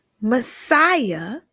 Messiah